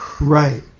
Right